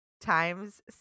times